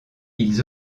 ils